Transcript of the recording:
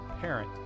parent